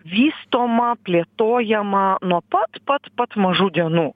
vystoma plėtojama nuo pat pat pat mažų dienų